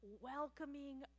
welcoming